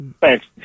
Thanks